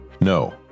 No